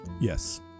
Yes